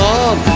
on